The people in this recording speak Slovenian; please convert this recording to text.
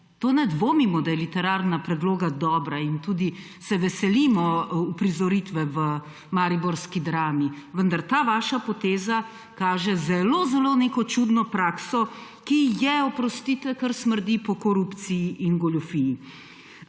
Ne dvomimo v to, da je literarna predloga dobra, in tudi se veselimo uprizoritve v mariborski drami, vendar ta vaša poteza kaže neko zelo, zelo čudno prakso, oprostite, ki kar smrdi po korupciji in goljufiji,